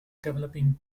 developing